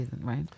right